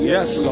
Yes